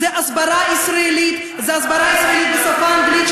זו הסברה ישראלית בשפה האנגלית,